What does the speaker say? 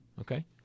Okay